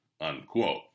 unquote